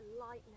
lightness